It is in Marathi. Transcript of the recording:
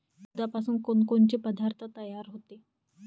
दुधापासून कोनकोनचे पदार्थ तयार होते?